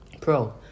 Pro